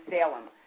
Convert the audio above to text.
Salem